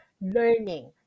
learning